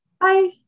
Bye